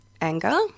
anger